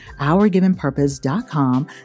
OurGivenPurpose.com